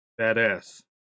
Badass